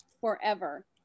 forever